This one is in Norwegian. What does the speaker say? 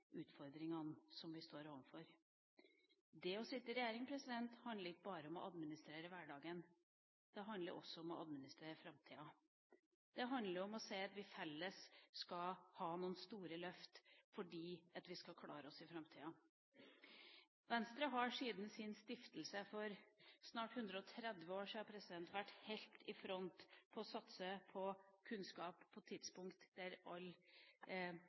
utfordringene som vi står overfor. Det å sitte i regjering handler ikke bare om å administrere hverdagen, det handler også om å administrere framtida. Det handler om å se at vi felles skal ha noen store løft fordi vi skal klare oss i framtida. Venstre har siden sin stiftelse for snart 130 år siden vært helt i front når det gjelder å satse på kunnskap på tidspunkt der